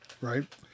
right